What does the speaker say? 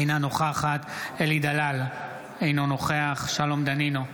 אינה נוכחת אלי דלל, אינו נוכח שלום דנינו,